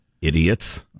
Idiots